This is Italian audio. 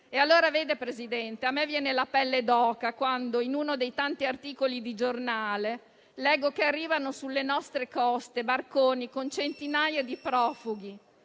E allora vede, Presidente, a me viene la pelle d'oca quando, in uno dei tanti articoli di giornale, leggo che arrivano sulle nostre coste barconi con centinaia di profughi